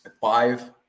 five